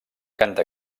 canta